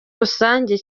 rusange